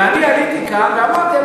ואני עליתי לכאן ואמרתי: